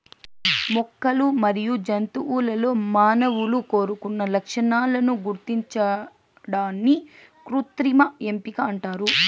మొక్కలు మరియు జంతువులలో మానవులు కోరుకున్న లక్షణాలను గుర్తించడాన్ని కృత్రిమ ఎంపిక అంటారు